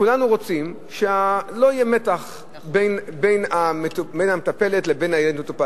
כולנו רוצים שלא יהיה מתח בין המטפלת לבין הילד המטופל.